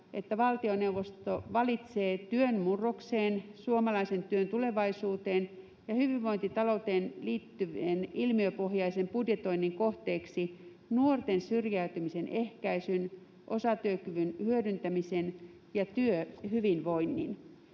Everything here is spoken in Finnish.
että valtioneuvosto valitsee työn murrokseen, suomalaisen työn tulevaisuuteen ja hyvinvointitalouteen liittyen ilmiöpohjaisen budjetoinnin kohteeksi nuorten syrjäytymisen ehkäisyn, osatyökyvyn hyödyntämisen ja työhyvinvoinnin.”